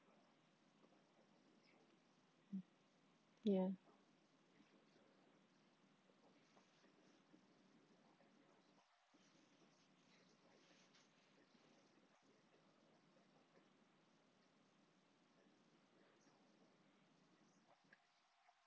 mm ya